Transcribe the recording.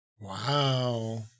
Wow